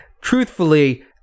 Truthfully